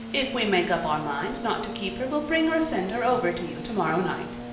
if we make up our mind not to keep her we'll bring or send her over to you tomorrow night.